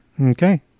Okay